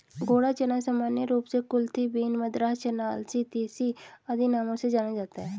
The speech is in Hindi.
घोड़ा चना सामान्य रूप से कुलथी बीन, मद्रास चना, अलसी, तीसी आदि नामों से जाना जाता है